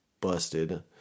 busted